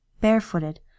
barefooted